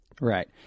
Right